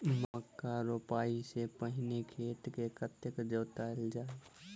मक्का रोपाइ सँ पहिने खेत केँ कतेक जोतल जाए?